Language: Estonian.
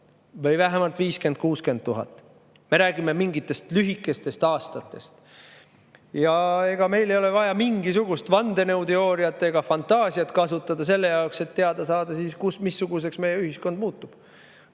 või vähemalt 50 000 – 60 000. Me räägime mingist [väikesest arvust] aastatest. Ega meil ei ole vaja mingisugust vandenõuteooriat ega fantaasiat kasutada selle jaoks, et teada saada, missuguseks meie ühiskond muutub.